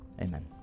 Amen